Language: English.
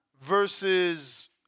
versus